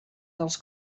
dels